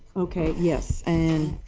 okay. yes. and,